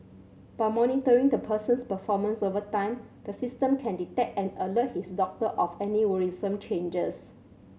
by monitoring the person's performance over time the system can detect and alert his doctor of any worrisome changes